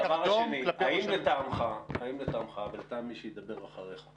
הדבר השני, האם לטעמך ולטעם מי שידבר אחריך,